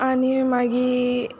आनी मागीर